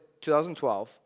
2012